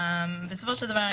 בסופו של דבר,